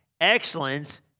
Excellence